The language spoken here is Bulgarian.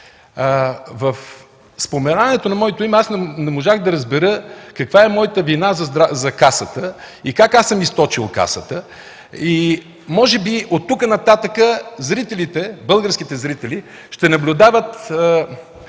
В споменаването на моето име, не можах да разбера каква е моята вина за Касата и как аз съм източил Касата? Може би оттук нататък българските зрители ще наблюдават